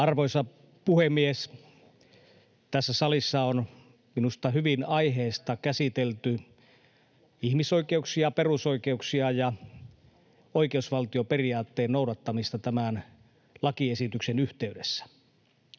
Arvoisa puhemies! Tässä salissa on minusta hyvin aiheesta käsitelty ihmisoikeuksia ja perusoikeuksia ja oikeusvaltioperiaatteen noudattamista tämän lakiesityksen yhteydessä.